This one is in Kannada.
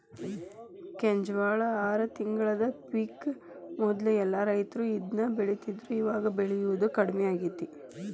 ಕೆಂಜ್ವಾಳ ಆರ ತಿಂಗಳದ ಪಿಕ್ ಮೊದ್ಲ ಎಲ್ಲಾ ರೈತರು ಇದ್ನ ಬೆಳಿತಿದ್ರು ಇವಾಗ ಬೆಳಿಯುದು ಕಡ್ಮಿ ಆಗೇತಿ